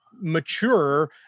mature